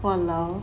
!walao!